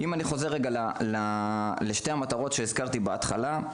אם אני חוזר רגע לשתי המטרות שציינתי בהתחלה,